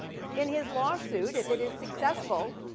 in his lawsuit, if it is successful!